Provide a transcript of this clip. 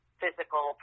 physical